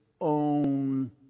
own